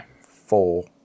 Four